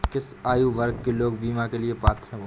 किस आयु वर्ग के लोग बीमा के लिए पात्र हैं?